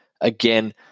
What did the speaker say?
Again